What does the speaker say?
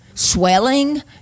swelling